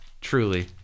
truly